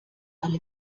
alle